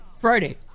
Friday